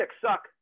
suck